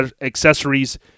accessories